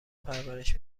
پرورش